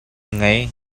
ngei